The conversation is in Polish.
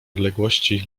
odległości